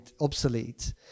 obsolete